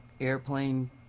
airplane